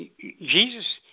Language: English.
Jesus